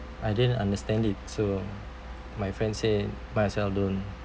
I didn't understand it so my friend say might as well don't